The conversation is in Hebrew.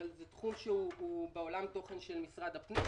אבל זה תחום שהוא בעולם התוכן של משרד הפנים,